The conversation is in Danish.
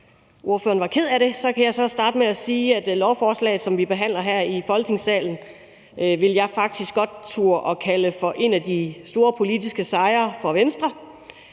at han var ked af det, kan jeg starte med at sige, at lovforslaget, som vi behandler her i Folketingssalen, vil jeg faktisk godt turde kalde for en af de store politiske sejre for Venstre.